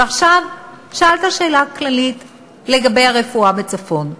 ועכשיו, שאלת שאלה כללית על הרפואה בצפון,